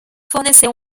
forneceu